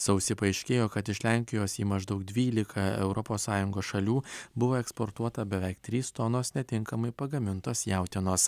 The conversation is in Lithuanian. sausį paaiškėjo kad iš lenkijos į maždaug dvylika europos sąjungos šalių buvo eksportuota beveik trys tonos netinkamai pagamintos jautienos